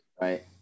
right